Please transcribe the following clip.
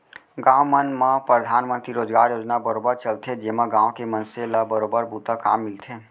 गाँव मन म परधानमंतरी रोजगार योजना बरोबर चलथे जेमा गाँव के मनसे ल बरोबर बूता काम मिलथे